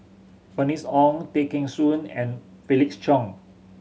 Bernice Ong Tay Kheng Soon and Felix Cheong